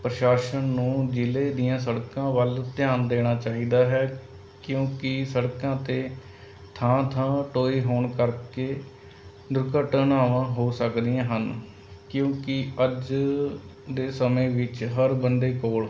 ਪ੍ਰਸ਼ਾਸਨ ਨੂੰ ਜ਼ਿਲ੍ਹੇ ਦੀਆਂ ਸੜਕਾਂ ਵੱਲ ਧਿਆਨ ਦੇਣਾ ਚਾਹੀਦਾ ਹੈ ਕਿਉਂਕਿ ਸੜਕਾਂ 'ਤੇ ਥਾਂ ਥਾਂ ਟੋਏ ਹੋਣ ਕਰਕੇ ਦੁਰਘਟਨਾਵਾਂ ਹੋ ਸਕਦੀਆਂ ਹਨ ਕਿਉਂਕਿ ਅੱਜ ਦੇ ਸਮੇਂ ਵਿੱਚ ਹਰ ਬੰਦੇ ਕੋਲ